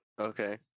okay